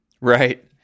right